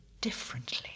differently